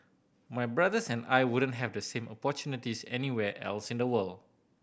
my brothers and I wouldn't have the same opportunities anywhere else in the world